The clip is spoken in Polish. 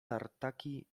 tartaki